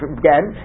again